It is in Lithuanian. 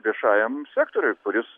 viešajam sektoriui kuris